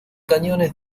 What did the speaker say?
cañones